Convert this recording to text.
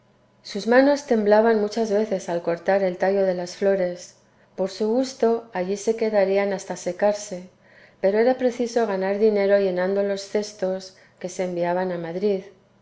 sus manos temblaban muchas veces al cortar el tallo de las flores por su gusto allí se quedarían hasta secarse pero era preciso ganar dinero llenando los cestos que se enviaban a madrid